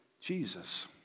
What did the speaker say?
Jesus